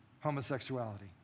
homosexuality